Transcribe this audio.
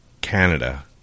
Canada